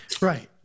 Right